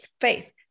Faith